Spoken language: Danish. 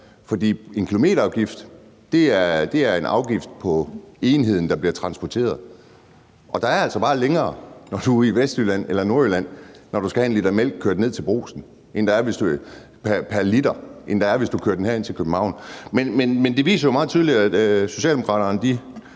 For en kilometerafgift er en afgift på enheden, der bliver transporteret, og der er altså bare længere, når du er ude i Vestjylland eller i Nordjylland og du skal have kørt mælk ned til brugsen, end der er, hvis du kører mælken herind til København. Men det viser jo meget tydeligt, at Socialdemokraterne